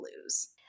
lose